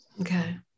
Okay